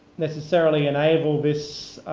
necessarily enable this